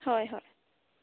होय होय